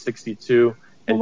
sixty two and